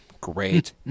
Great